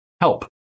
help